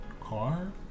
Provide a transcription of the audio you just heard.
car